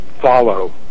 follow